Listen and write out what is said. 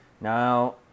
Now